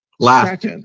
Last